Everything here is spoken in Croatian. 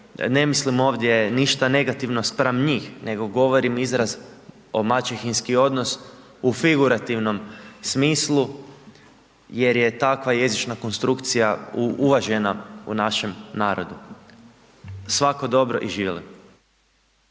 ne mislim ovdje ništa negativno spram njih, nego govorim izraz o maćehinski odnos u figurativnom smislu, jer je takva jezična konstrukcija uvažena u našem narodu. Svako dobro i živili.